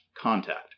contact